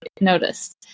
noticed